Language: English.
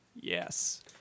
yes